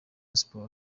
siporo